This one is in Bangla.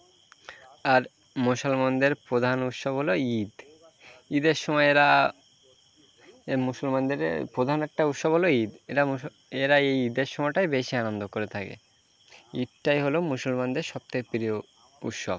আর মুসলমানদের প্রধান উৎসব হলো ঈদ ঈদের সময় এরা এই মুসলমানদেরে প্রধান একটা উৎসব হলো ঈদ এটা মুসল এরা এই ঈদের সময়টায় বেশি আনন্দ করে থাকে ঈদটাই হলো মুসলমানদের সব থেকে প্রিয় উৎসব